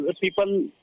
people